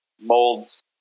molds